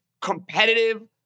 competitive